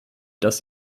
das